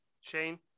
Shane